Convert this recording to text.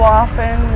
often